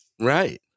Right